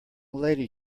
lady